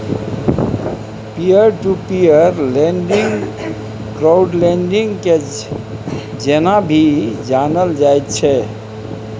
peer to peer lending crowd lending के जेना भी जानल जाइत छै